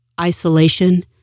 isolation